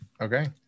Okay